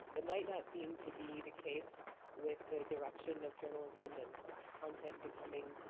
it might not seem to be the case with the direction of journalism and content becoming